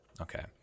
Okay